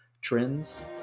trends